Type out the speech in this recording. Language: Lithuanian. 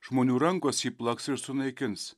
žmonių rankos ji plaks ir sunaikins